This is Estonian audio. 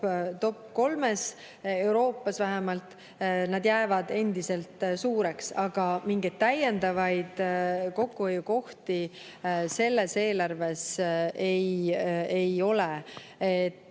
Euroopas vähemalt. Need jäävad endiselt suureks. Aga mingeid täiendavaid kokkuhoiukohti selles eelarves ei ole.